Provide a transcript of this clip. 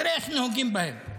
תראה איך נוהגים בהם.